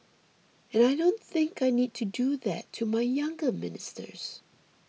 and I don't think I need to do that to my younger ministers